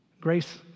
Grace